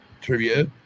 trivia